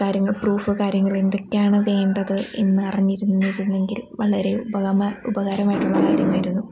കാര്യങ്ങൾ പ്രൂഫോ കാര്യങ്ങൾ എന്തെക്കെ ആണ് വേണ്ടത് എന്ന് അറിഞ്ഞിരുന്നിരുന്നു എങ്കിൽ വളരെ ഉപകാരമായിട്ടുള്ള കാര്യമായിരുന്നു